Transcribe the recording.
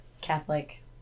Catholic